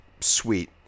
sweet